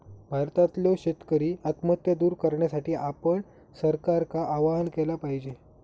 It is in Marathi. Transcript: भारतातल्यो शेतकरी आत्महत्या दूर करण्यासाठी आपण सरकारका आवाहन केला पाहिजे